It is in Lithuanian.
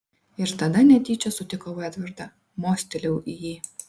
ir tada netyčia sutikau edvardą mostelėjau į jį